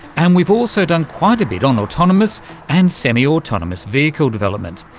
and we've also done quite a bit on autonomous and semi-autonomous vehicle development.